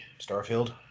Starfield